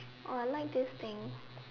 oh I like this thing